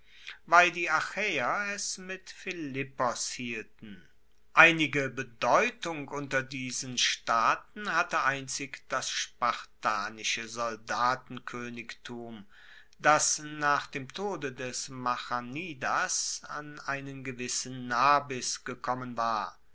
weil die achaeer es mit philippos hielten einige bedeutung unter diesen staaten hatte einzig das spartanische soldatenkoenigtum das nach dem tode des machanidas an einen gewissen nabis gekommen war